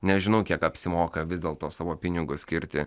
nežinau kiek apsimoka vis dėlto savo pinigus skirti